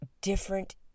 different